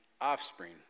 offspring